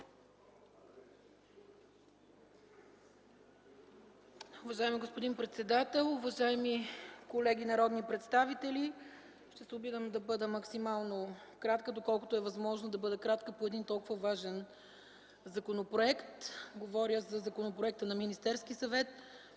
Уважаеми господин председател, уважаеми колеги народни представители! Ще се опитам да бъда максимално кратка, доколкото е възможно да бъда кратка по един толкова важен законопроект – говоря за Законопроекта на Министерския съвет